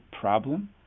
problem